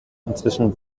inzwischen